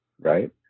right